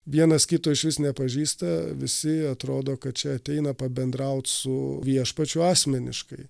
vienas kito išvis nepažįsta visi atrodo kad čia ateina pabendraut su viešpačiu asmeniškai